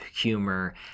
humor